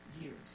years